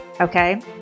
okay